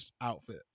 outfit